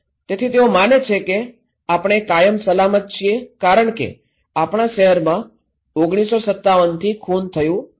તેથી તેઓ માને છે કે આપણે કાયમ સલામત છીએ કારણ કે આપણા શહેરમાં ૧૯૫૭થી ખૂન થયું નથી